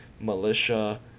militia